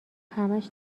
همش